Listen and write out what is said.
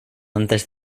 antes